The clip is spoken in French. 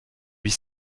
huit